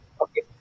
okay